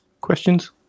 questions